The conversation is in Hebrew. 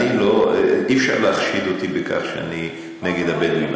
אי-אפשר לחשוד בי שאני נגד הבדואים,